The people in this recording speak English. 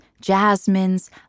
jasmines